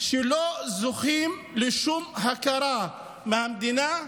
שלא זוכים לשום הכרה מהמדינה,